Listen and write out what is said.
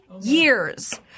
years